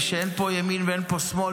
ואין פה ימין ואין פה שמאל,